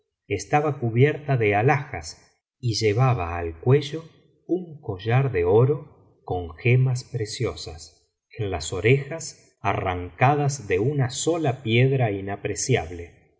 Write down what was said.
estaba cubierta de alhajas y llevaba al cuello un collar de oro con gemas preciosas en las orejas arracadas de una sola piedra inapreciable